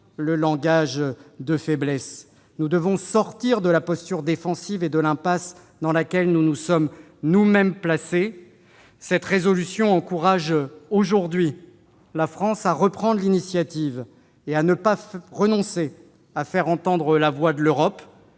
le langage de faiblesse. Nous devons sortir de la posture défensive et de l'impasse dans lesquelles nous nous sommes nous-mêmes placés. Cette proposition de résolution vise à encourager la France à reprendre l'initiative et à ne pas renoncer à faire entendre la voix de l'Europe.